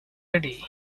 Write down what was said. ready